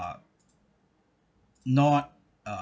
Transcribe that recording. not uh